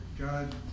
God